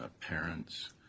parents